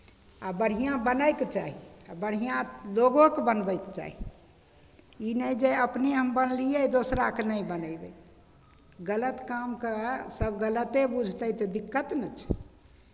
आ बढ़िआँ बनयके चाही बढ़िआँ लोकोके बनबयके चाही ई नहि जे अपने हम बनलियै दोसराकेँ नहि बनयबै गलत कामके सभ गलते बुझतै तऽ दिक्कत ने छै